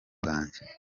bwanjye